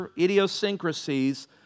idiosyncrasies